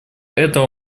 этого